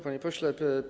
Panie Pośle!